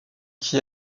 qui